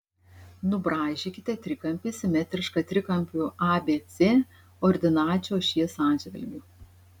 nubraižykite trikampį simetrišką trikampiui abc ordinačių ašies atžvilgiu